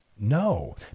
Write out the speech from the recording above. No